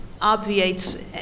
obviates